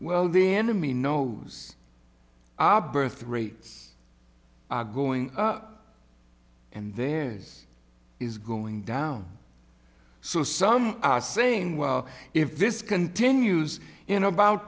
well the enemy knows our birth rates are going up and theirs is going down so some are saying well if this continues in about